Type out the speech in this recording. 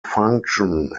function